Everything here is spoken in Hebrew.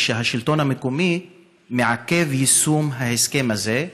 ושהשלטון המקומי מעכב את יישום ההסכם הזה.